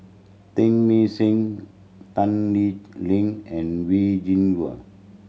Teng May Seng Tan Lee Leng and Wen Jinhua